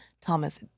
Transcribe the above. Thomas